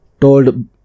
told